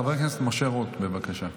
חבר הכנסת משה רוט, בבקשה.